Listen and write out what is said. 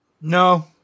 No